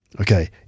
Okay